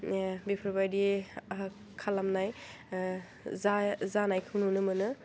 बेफोरबायदि खालामनाय जानायखौ नुनो मोनो